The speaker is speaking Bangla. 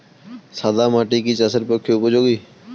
সাদা মাটি কি চাষের পক্ষে উপযোগী?